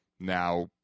now